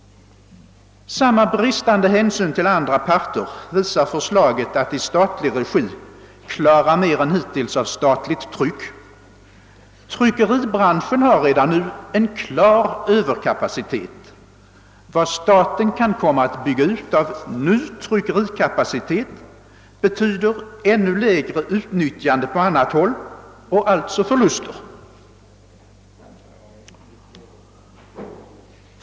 Samma bristande hänsyn till andra parter visar förslaget att i statlig regi klara mer än hittills av det statliga trycket. Tryckeribranschen har redan nu en klar överkapacitet. Vad staten kan komma att bygga ut av ny tryckerikapacitet medför ännu lägre utnyttjande på annat håll och alltså förluster.